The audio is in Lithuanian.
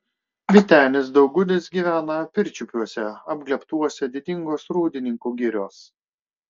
vytenis daugudis gyvena pirčiupiuose apglėbtuose didingos rūdininkų girios